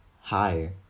higher